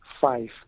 five